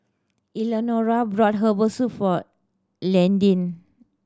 Elnora bought herbal soup for Landyn